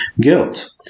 Guilt